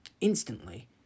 instantly